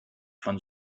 von